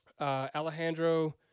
Alejandro